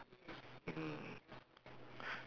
mm